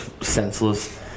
senseless